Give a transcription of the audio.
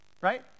right